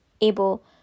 able